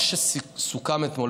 מה שסוכם אתמול,